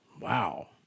Wow